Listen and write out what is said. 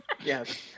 Yes